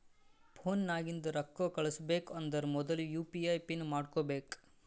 phone ನಾಗಿಂದೆ ರೊಕ್ಕಾ ಕಳುಸ್ಬೇಕ್ ಅಂದರ್ ಮೊದುಲ ಯು ಪಿ ಐ ಪಿನ್ ಮಾಡ್ಕೋಬೇಕ್